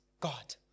God